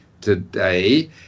today